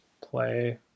play